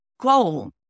goal